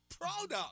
product